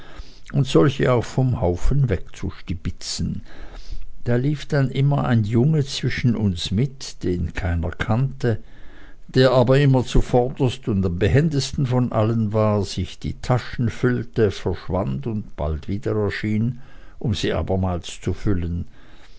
und solche auch vom haufen wegzustibitzen da lief dann immer ein junge zwischen uns mit den keiner kannte der aber immer zuvorderst und am behendesten von allen war sich die taschen füllte verschwand und bald wieder erschien um sie abermals zu füllen